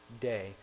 day